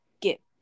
get